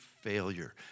failure